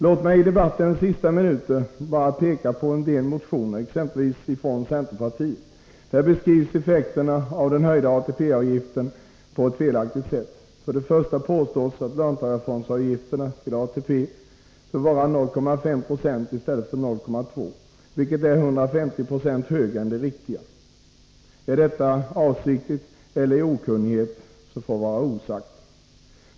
Låt mig i debattens sista minuter bara peka på en del motioner, exempelvis från centerpartiet. Där beskrivs effekterna av den höjda ATP-avgiften på ett felaktigt sätt. För det första: Löntagarfondsavgiften till ATP påstås vara 0,5 70, vilket är 150 96 högre än det riktiga — 0,2 76. Om denna felaktiga uppgift är avsiktlig eller bottnar i okunnighet får vara osagt.